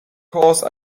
course